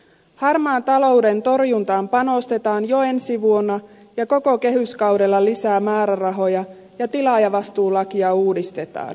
harmaan talouden torjuntaan panostetaan jo ensi vuonna ja koko kehyskaudella lisää määrärahoja ja tilaajavastuulakia uudistetaan